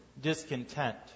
discontent